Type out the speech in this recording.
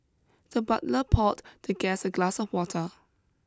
the butler poured the guest a glass of water